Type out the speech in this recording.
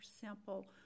simple